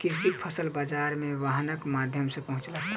कृषक फसिल बाजार मे वाहनक माध्यम सॅ पहुँचल